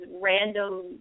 random